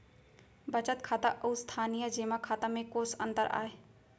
बचत खाता अऊ स्थानीय जेमा खाता में कोस अंतर आय?